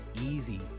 easy